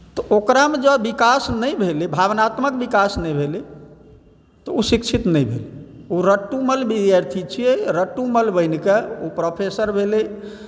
तऽ ओकरामे जँ विकास नहि भेलै भावनात्मक विकास नहि भेलै तऽ शिक्षित नहि भेलै ओ रट्टुमल विद्यार्थी छी रट्टुमल बनिकऽ प्रोफेसर भेलै